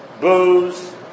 booze